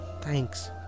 Thanks